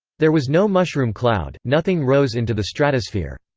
there was no mushroom cloud nothing rose into the stratosphere.